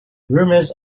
rumors